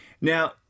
Now